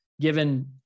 given